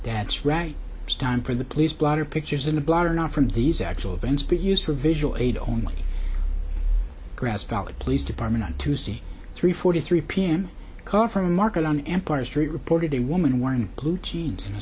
dad's right it's time for the police blotter pictures in the blotter not from these actual events but used for visual aid only grass valley police department on tuesday three forty three pm call from market on empire street reported a woman wearing blue jeans and a